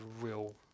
real